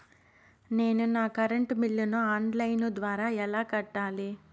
నేను నా కరెంటు బిల్లును ఆన్ లైను ద్వారా ఎలా కట్టాలి?